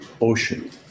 ocean